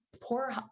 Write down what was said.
poor